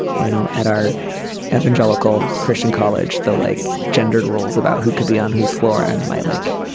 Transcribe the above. you know, at our evangelical christian college, the like gendered rules about who could be on whose floor. and my like,